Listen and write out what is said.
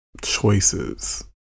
choices